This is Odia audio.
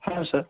ହଁ ସାର୍